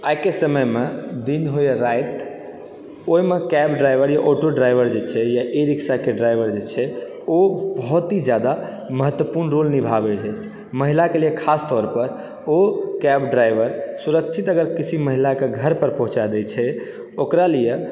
आइके समयमे दिन हो या राति ओहिमे कैब ड्राइवर या ऑटो ड्राइवर जे छै या ई रिक्शाके ड्राइवर जे छै ओ बहुत ही जादा महत्वपूर्ण रोल निभाबैत अछि महिलाके लिए खास तौर पर ओ कैब ड्राइवर सुरक्षित किसी महिलाके अगर घर पर पहुँचा दैत छै ओकरा लिए